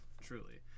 truly